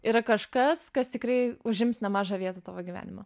yra kažkas kas tikrai užims nemažą vietą tavo gyvenimą